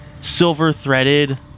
silver-threaded